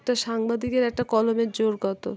একটা সাংবাদিকের একটা কলমের জোর কত